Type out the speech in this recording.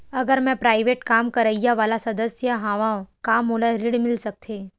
अगर मैं प्राइवेट काम करइया वाला सदस्य हावव का मोला ऋण मिल सकथे?